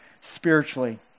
spiritually